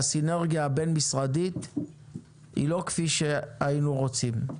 והסינרגיה הבין-משרדית היא לא כפי שהיינו רוצים.